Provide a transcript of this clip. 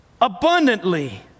abundantly